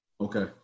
Okay